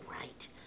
right